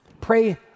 pray